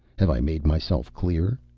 have i made myself clear?